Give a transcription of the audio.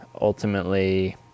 ultimately